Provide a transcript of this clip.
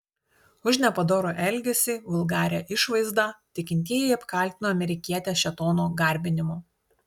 už nepadorų elgesį vulgarią išvaizdą tikintieji apkaltino amerikietę šėtono garbinimu